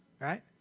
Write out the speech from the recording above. Right